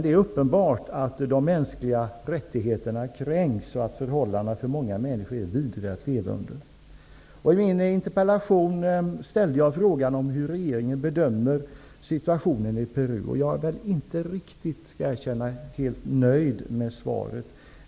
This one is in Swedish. Det är uppenbart att de mänskliga rättigheterna kränks och att förhållandena för många människor är vidriga att leva under. I min interpellation ställde jag frågan om hur regeringen bedömer situationen i Peru. Jag skall erkänna att jag inte är helt nöjd med svaret.